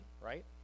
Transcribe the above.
right